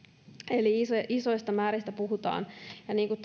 eli isoista määristä puhutaan ja niin kuin